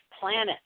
planet